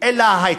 אלא היי-טק.